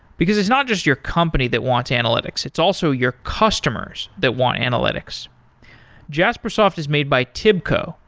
because it's not just your company that wants analytics, it's also your customers that want analytics jaspersoft is made by tibco,